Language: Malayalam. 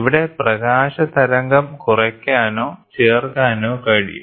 ഇവിടെ പ്രകാശതരംഗം കുറയ്ക്കാനോ ചേർക്കാനോ കഴിയും